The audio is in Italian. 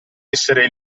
essere